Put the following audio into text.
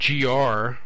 GR